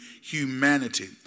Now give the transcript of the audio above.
humanity